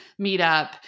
Meetup